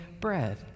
bread